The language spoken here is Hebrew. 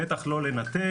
בטח לא לנתק,